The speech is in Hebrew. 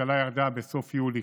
שהאבטלה ירדה קצת בסוף יולי.